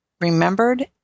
Remembered